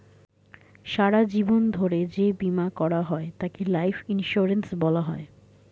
সারা জীবন ধরে যে বীমা করা হয় তাকে লাইফ ইন্স্যুরেন্স বলা হয়